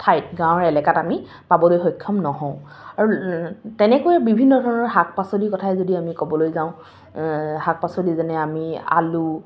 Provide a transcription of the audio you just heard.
ঠাইত গাঁৱৰ এলেকাত আমি পাবলৈ সক্ষম নহওঁ আৰু তেনেকৈ বিভিন্ন ধৰণৰ শাক পাচলিৰ কথাই যদি আমি ক'বলৈ যাওঁ শাক পাচলি যেনে আমি আলু